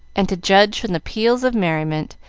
and, to judge from the peals of merriment,